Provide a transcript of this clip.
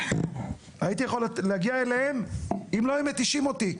הייתי יכול להגיע אליהם אם לא היו מתישים אותי.